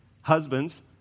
Husbands